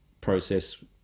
process